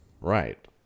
Right